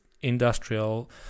industrial